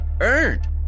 earned